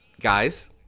guys